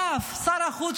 שר החוץ,